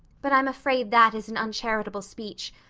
but i'm afraid that is an uncharitable speech.